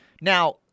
now